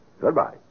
Goodbye